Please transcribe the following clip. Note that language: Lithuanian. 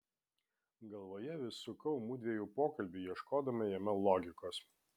galvoje vis sukau mudviejų pokalbį ieškodama jame logikos